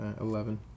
Eleven